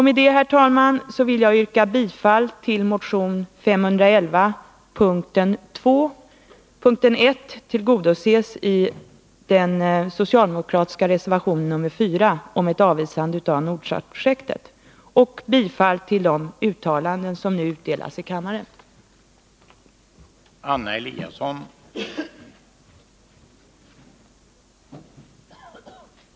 Med det, herr talman, vill jag yrka bifall till motion 1979 81:64 och motion 1980 81:104 yrkande 1 c som sin mening ger regeringen till känna vad i motionen anförs om grundbidraget till ungdomsorganisationernas centrala verksamhet.